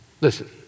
Listen